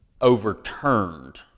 overturned